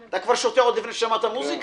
אתה כבר שותה עוד לפני ששמעת מוזיקה?